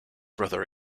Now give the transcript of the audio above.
brother